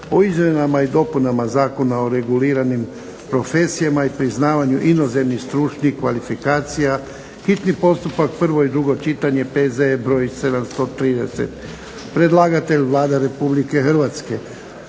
o izmjenama i dopunama Zakona o reguliranim profesijama i priznavanju inozemnih stručnih kvalifikacija, s konačnim prijedlogom zakona, hitni postupak, prvo i drugo čitanje, P.Z.E. br. 730. Predlagatelj Vlada Republike Hrvatske.